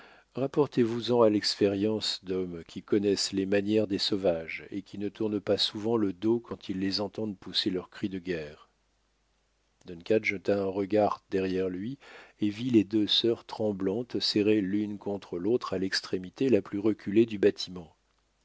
rapportez-vous-en à l'expérience d'hommes qui connaissent les manières des sauvages et qui ne tournent pas souvent le dos quand ils les entendent pousser leurs cris de guerre duncan jeta un regard derrière lui et vit les deux sœurs tremblantes serrées l'une contre l'autre à l'extrémité la plus reculée du bâtiment